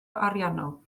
ariannol